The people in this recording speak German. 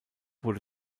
wurde